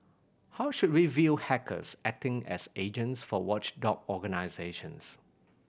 how should we view hackers acting as agents for watchdog organisations